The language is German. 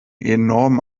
enorm